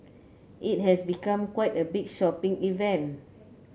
it has become quite a big shopping event